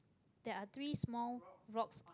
there are three small rocks